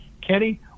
Kenny